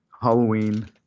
halloween